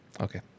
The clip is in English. Okay